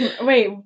wait